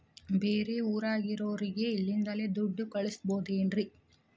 ಬೇರೆ ಊರಾಗಿರೋರಿಗೆ ಇಲ್ಲಿಂದಲೇ ದುಡ್ಡು ಕಳಿಸ್ಬೋದೇನ್ರಿ?